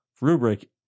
rubric